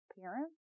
parents